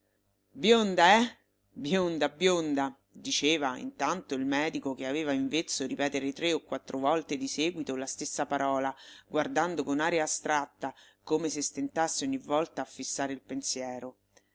bionda eh bionda bionda diceva in tanto il medico che aveva in vezzo ripetere tre e quattro volte di seguito la stessa parola guardando con aria astratta come se stentasse ogni volta a fissare il pensiero